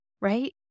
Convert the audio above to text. Right